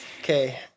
Okay